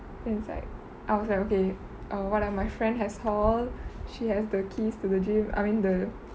thing is like I was like okay one of my friend has hall she has the keys to the gym I mean the